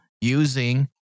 using